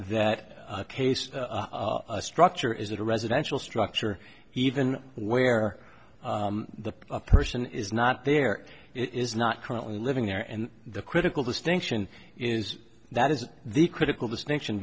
that a case of a structure is a residential structure even where the person is not there it is not currently living there and the critical distinction is that is the critical distinction